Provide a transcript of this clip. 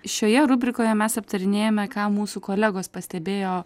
šioje rubrikoje mes aptarinėjame ką mūsų kolegos pastebėjo